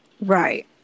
Right